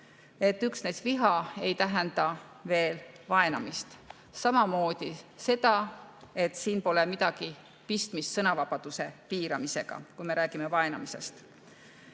üksnes viha ei tähenda veel vaenamist. Samamoodi seda, et siin pole midagi pistmist sõnavabaduse piiramisega, kui me räägime vaenamisest.